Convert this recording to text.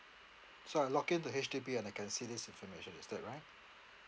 so I log in into H_D_B and I can see this information is that right